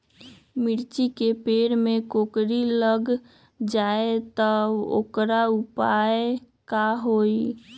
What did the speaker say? मिर्ची के पेड़ में कोकरी लग जाये त वोकर उपाय का होई?